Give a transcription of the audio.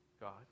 God